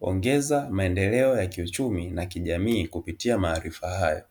kuongeza maendeleo ya kiuchumi na kijamii kupitia maarifa haya.